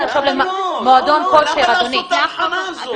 למה לעשות את ההבחנה הזאת?